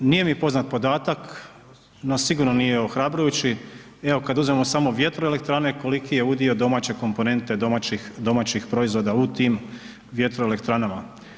Nije mi poznat podatak, no sigurno nije ohrabrujući, evo kad uzmemo samo vjetroelektrane koliko je udio domaće komponente, domaćih proizvoda u tim vjetroelektranama.